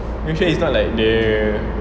are you sure it's not like the